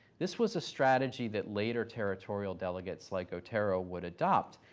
this was a strategy that later territorial delegates like otero would adopt,